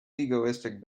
egoistic